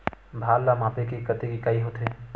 भार ला मापे के कतेक इकाई होथे?